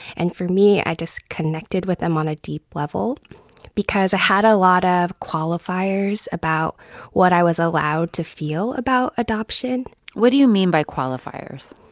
and for me, i just connected with them on a deep level because i had a lot of qualifiers about what i was allowed to feel about adoption what do you mean by qualifiers?